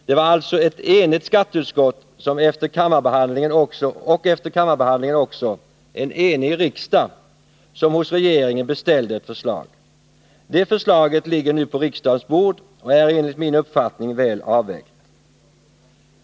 Det var alltså ett enigt skatteutskott, och efter kammarbehandlingen också en enig riksdag, som hos regeringen beställde ett förslag. Det förslaget ligger nu på riksdagens bord och är enligt min uppfattning väl avvägt.